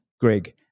greg